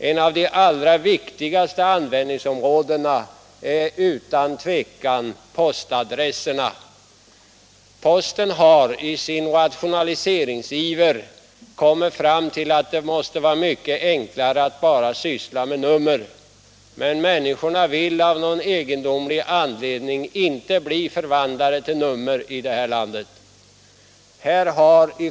Ett av de allra viktigaste användningsområdena är utan tvivel postadresserna. Posten har i sin rationaliseringsiver kommit fram till att det måste vara mycket enklare att bara syssla med nummer. Men människorna i vårt land vill av någon egendomlig anledning inte bli förvandlade till nummer.